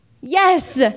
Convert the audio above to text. Yes